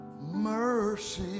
Mercy